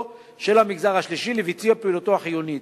של המגזר השלישי לביצוע פעילותו החיונית.